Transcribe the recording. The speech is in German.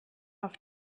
auf